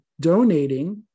donating